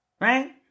right